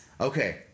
Okay